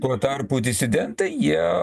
tuo tarpu disidentai jie